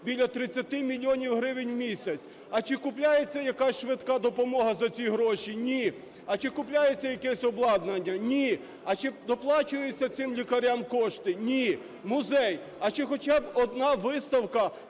біля 30 мільйонів гривень у місяць. А чи купується якась "швидка допомога" за ці гроші? Ні. А чи купується якесь обладнання? Ні. А чи доплачуються цим лікарям кошти? Ні. Музей, а чи хоча б одна виставка